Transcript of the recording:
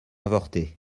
avorté